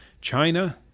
China